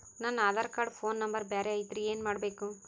ನನ Aadhaar card phone number ಬ್ಯಾರೆ ಐತ್ರಿ ಏನ ಮಾಡಬೇಕು?